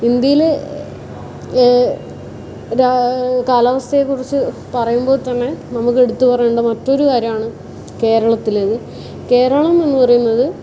ഇന്ത്യയിലെ രാ കാലാവസ്ഥയെക്കുറിച്ച് പറയുമ്പോൾ തന്നെ നമുക്ക് എടുത്ത് പറയേണ്ട മറ്റൊരു കാര്യമാണ് കേരളത്തിലേത് കേരളം എന്ന് പറയുന്നത്